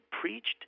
preached